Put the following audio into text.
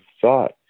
thought